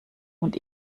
und